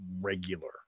regular